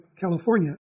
California